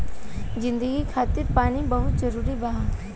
जिंदगी खातिर पानी बहुत जरूरी बा